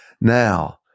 now